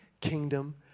kingdom